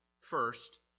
First